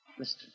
Mr